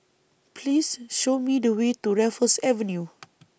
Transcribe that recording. Please Show Me The Way to Raffles Avenue